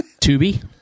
Tubi